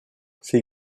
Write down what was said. ces